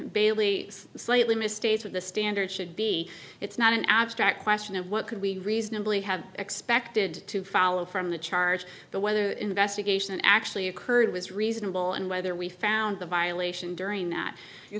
bailey slightly mistakes with the standard should be it's not an abstract question of what could we reasonably have expected to follow from the charge the whether the investigation actually occurred was reasonable and whether we found the violation during that you